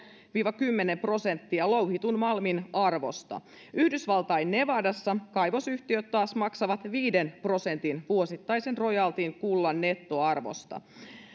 viiva kymmenen prosenttia louhitun malmin arvosta yhdysvaltain nevadassa kaivosyhtiöt taas maksavat viiden prosentin vuosittaisen rojaltin kullan nettoarvosta